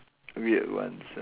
weird ones